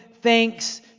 thanks